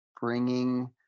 bringing